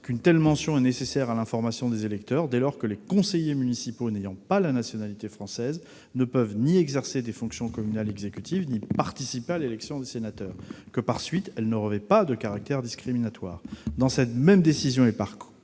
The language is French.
qu'une telle mention était nécessaire à l'information des électeurs, dès lors que les conseillers municipaux n'ayant pas la nationalité française ne peuvent ni exercer des fonctions communales exécutives ni participer à l'élection des sénateurs. Par suite, cette mention ne revêt pas de caractère discriminatoire. Dans cette même décision, et par